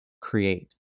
create